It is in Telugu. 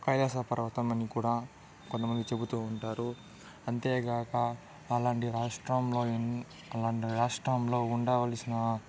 కైలాస పర్వతం అని కూడా కొంతమంది చెబుతూ ఉంటారు అంతేకాక అలాంటి రాష్ట్రంలోని అలాంటి రాష్ట్రంలో ఉండవలసిన